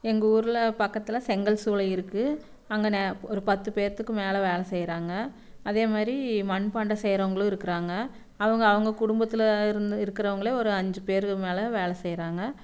எங்கள் ஊரில் பக்கத்தில் செங்கல் சூளை இருக்கு அங்க ஒரு பத்துப் பேர்த்துக்கு மேலே வேலை செய்கிறாங்க அதேமாதிரி மண்பாண்டம் செய்கிறவங்களும் இருக்கிறாங்க அவங்க அவங்க குடும்பத்தில் இருந்து இருக்கிறவங்களே ஒரு அஞ்சுப் பேருக்கு மேலே வேலை செய்கிறாங்க